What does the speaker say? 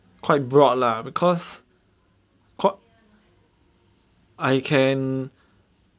quite broad lah because I can